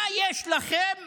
מה יש לכם